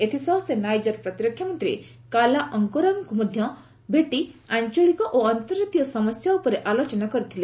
ଏଥିସହ ସେ ନାଇଜର୍ ପ୍ରତିରକ୍ଷା ମନ୍ତ୍ରୀ କାଲ୍ଲା ଅଙ୍କୋରାଓଙ୍କୁ ଭେଟି ଆଞ୍ଚଳିକ ଓ ଅନ୍ତର୍ଜାତୀୟ ସମସ୍ୟା ଉପରେ ଆଲୋଚନା କରିଥିଲେ